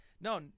No